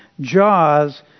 jaws